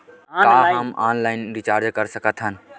का हम online recharge कर सकत हन?